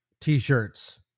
t-shirts